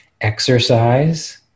exercise